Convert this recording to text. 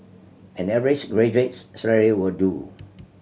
an average graduate's salary will do